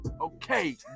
Okay